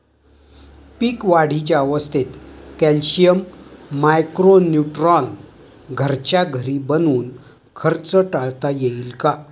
पीक वाढीच्या अवस्थेत calcium, micro neutron घरच्या घरी बनवून खर्च टाळता येईल का?